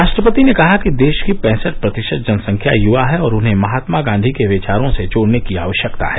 राष्ट्रपति ने कहा कि देश की पैंसठ प्रतिशत जनसंख्या युवा है और उन्हें महात्मा गांधी के विचारों से जोड़ने की आवश्यकता है